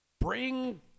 bring